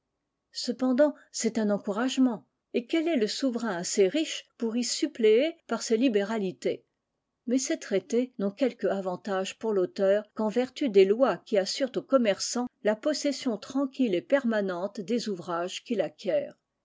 cependant c'est un encouragement et quel est le souverain assez riche pour y suppléer par ses libéralités mais ces traités n'ont quelque avantage pour l'auteur qu'en vertu des lois qui assurent au commerçant la possession tranquille et permanente des ouvrages qu'il acquiert